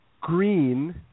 green